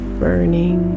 burning